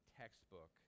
textbook